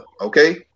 okay